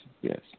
yes